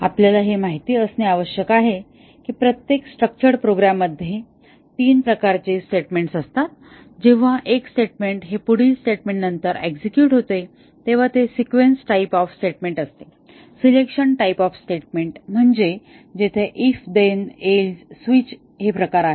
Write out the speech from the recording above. आपल्याला हे माहित असणे आवश्यक आहे की प्रत्येक स्ट्रक्चर्ड प्रोग्राममध्ये तीन प्रकारची स्टेटमेंट्स असतात जेव्हा एक स्टेटमेंट हे पुढील स्टेटमेंट नंतर एक्झेक्युट होते तेव्हा ते सिक्वेन्स टाईप ऑफ स्टेटमेंट असते सिलेक्शन टाईप ऑफ स्टेटमेंट म्हणजे जेथे if then else switch हे प्रकार आहेत